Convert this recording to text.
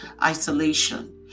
isolation